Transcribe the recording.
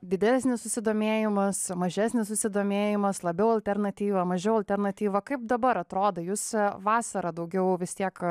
didesnis susidomėjimas mažesnis susidomėjimas labiau alternatyva mažiau alternatyva kaip dabar atrodo jūs vasarą daugiau vis tiek